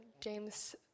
James